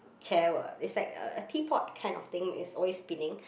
chair will it's like a a teapot kind of thing it's always spinning